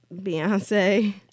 Beyonce